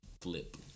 flip